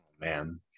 man